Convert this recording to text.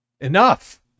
Enough